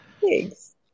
thanks